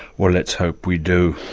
well, let's hope we do.